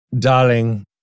Darling